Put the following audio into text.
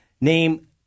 Name